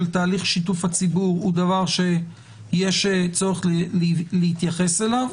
תהליך שיתוף הציבור הוא דבר שיש צורך להתייחס אליו.